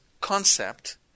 concept